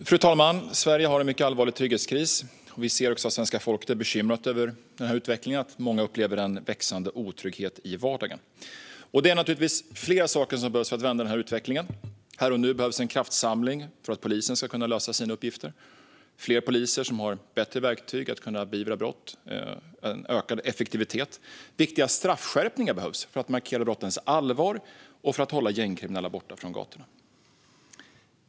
Fru talman! Sverige har en mycket allvarlig trygghetskris. Vi ser också att svenska folket är bekymrat över denna utveckling och att många upplever en växande otrygghet i vardagen. Det behövs givetvis flera saker för att vända denna utveckling. Här och nu behövs en kraftsamling för att polisen ska kunna lösa sina uppgifter. Det behövs fler poliser som har bättre verktyg för att kunna beivra brott och en ökad effektivitet. Det behövs viktiga straffskärpningar för att markera brottens allvar och för att hålla gängkriminella borta från gatorna.